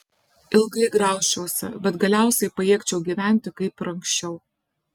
ilgai graužčiausi bet galiausiai pajėgčiau gyventi kaip ir anksčiau